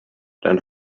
dann